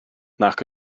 nac